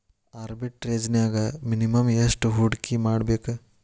ಆರ್ಬಿಟ್ರೆಜ್ನ್ಯಾಗ್ ಮಿನಿಮಮ್ ಯೆಷ್ಟ್ ಹೂಡ್ಕಿಮಾಡ್ಬೇಕ್?